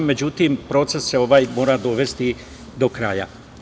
Međutim, proces se ovaj mora dovesti do kraja.